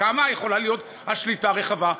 כמה יכולה להיות השליטה רחבה,